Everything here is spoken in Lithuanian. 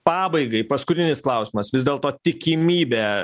pabaigai paskutinis klausimas vis dėlto tikimybė